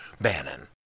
Bannon